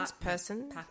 person